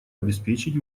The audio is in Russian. обеспечить